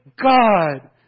God